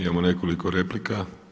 Imamo nekoliko replika.